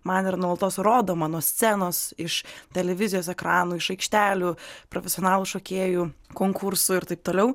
man ir nuolatos rodo mano scenos iš televizijos ekranų iš aikštelių profesionalų šokėjų konkursų ir taip toliau